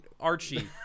Archie